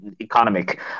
economic